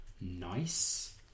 nice